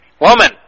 Woman